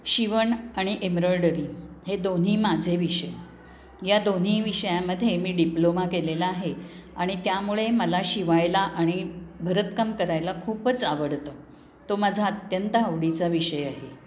शिवण आणि एम्ब्रॉयडरी हे दोन्ही माझे विषय या दोन्ही विषयामध्ये मी डिप्लोमा केलेला आहे आणि त्यामुळे मला शिवायला आणि भरतकाम करायला खूपच आवडतं तो माझा अत्यंत आवडीचा विषय आहे